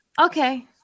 okay